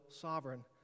sovereign